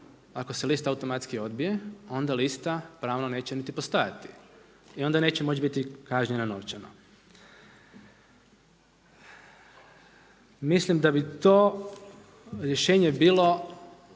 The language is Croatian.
Ako se lista automatski odbije onda lista pravno neće niti postojati i onda neće moći biti kažnjeno novčano. Mislim da bi to rješenje bilo